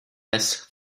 has